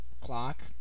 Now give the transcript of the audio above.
clock